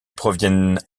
proviennent